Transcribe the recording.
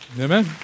Amen